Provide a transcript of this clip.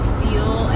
feel